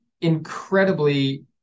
incredibly